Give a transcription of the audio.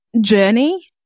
journey